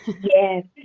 Yes